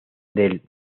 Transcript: del